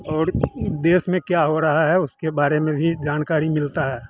और देश में क्या हो रहा है उसके बारे में भी जानकारी मिलती है